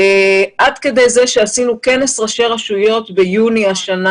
עד כדי כך שעשינו כנס ראשי רשויות ביוני השנה